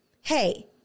hey